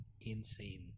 insane